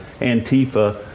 Antifa